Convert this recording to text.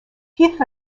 teeth